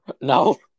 No